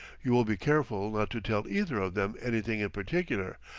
you will be careful not to tell either of them anything in particular,